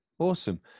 Awesome